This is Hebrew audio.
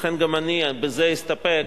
לכן גם אני בזה אסתפק,